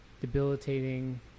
debilitating